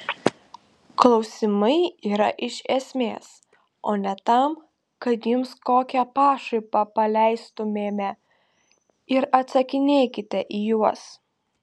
klausimai yra iš esmės o ne tam kad jums kokią pašaipą paleistumėme ir atsakinėkite į juos